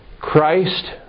Christ